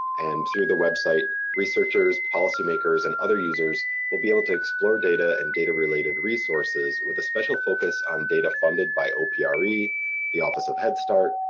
and through the website researchers, policymakers, and other users will be able to explore data and data related resources with a special focus on data funded by opre, the office of head start,